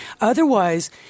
Otherwise